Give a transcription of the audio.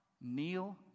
kneel